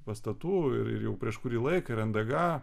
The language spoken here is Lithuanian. pastatų ir ir jau prieš kurį laiką ir nga